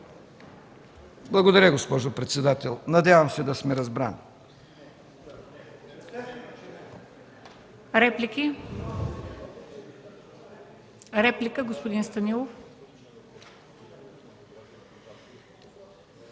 Благодаря, госпожо председател. Надявам се да сме разбрани.